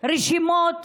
רשימות